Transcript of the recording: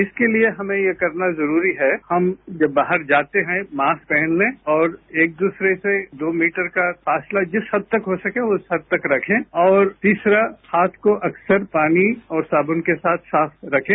इसके लिए हमें ये करना जरूरी है हम जब बाहर जाते हैं मास्क पहन लें और एक दूसरे से दो मीटर का फासला जिस हद तक हो सके उस हद तक रखें और तीसरा हाथ को अक्सर पानी और साबुन के साथ साफ रखें